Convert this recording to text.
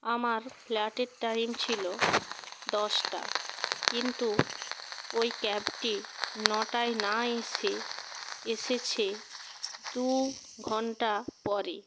আমার ফ্লাইটের টাইম ছিলো দশটা কিন্তু ওই ক্যাবটি নটায় না এসে এসেছে দু ঘন্টা পরে